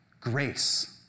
Grace